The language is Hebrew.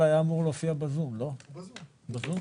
ברוך השם עברנו את כל הסבב במציאות, לא בטלוויזיה,